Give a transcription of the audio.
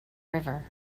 river